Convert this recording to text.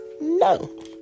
No